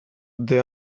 the